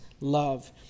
love